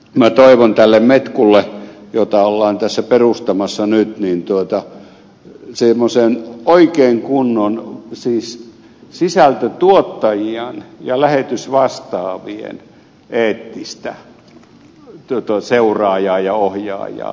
minä toivon tästä mekusta jota ollaan tässä perustamassa nyt semmoista oikein kunnon sisältötuottajien ja lähetysvastaavien eettistä seuraajaa ja ohjaajaa